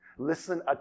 Listen